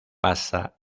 pasa